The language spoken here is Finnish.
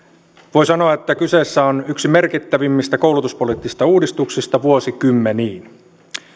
voi sanoa että kyseessä on yksi merkittävimmistä koulutuspoliittisista uudistuksista vuosikymmeniin